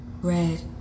Red